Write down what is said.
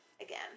again